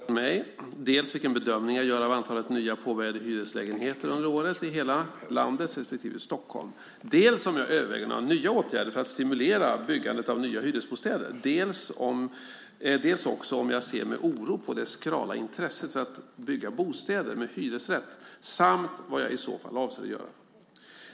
Herr talman! Bosse Ringholm har frågat mig dels vilken bedömning jag gör av antalet nya påbörjade hyreslägenheter under året, i hela landet respektive i Stockholm, dels om jag överväger några nya åtgärder för att stimulera byggandet av nya hyresbostäder, dels också om jag ser med oro på det skrala intresset för att bygga bostäder med hyresrätt samt vad jag i så fall avser att göra.